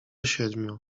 siedmiu